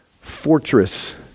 fortress